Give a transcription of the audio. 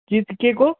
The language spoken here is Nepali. के चाहिँ के को